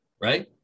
right